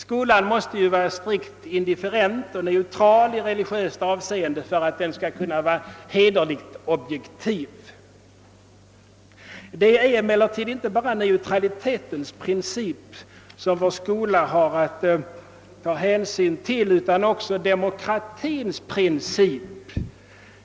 Skolan måste ju vara strikt indifferent och neutral i religiöst avseende för att kunna vara hederligt objektiv. Det är emellertid inte bara neutralitetens princip, som vår skola har att ta hänsyn till, utan också demokratins princip.